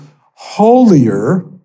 holier